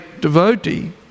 devotee